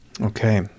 Okay